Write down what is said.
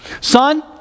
Son